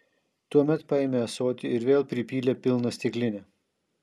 tuomet paėmė ąsotį ir vėl pripylė pilną stiklinę